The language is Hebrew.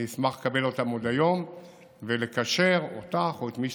אני אשמח לקבל אותם עוד היום ולקשר אותך או את מי